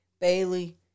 Bailey